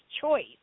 choice